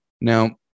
Now